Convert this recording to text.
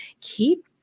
keep